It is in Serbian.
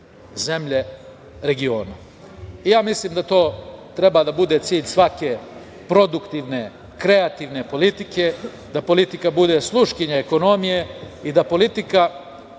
zemlje regiona. Mislim da to treba da bude cilj svake produktivne, kreativne politike, da politika bude sluškinja ekonomije i da politika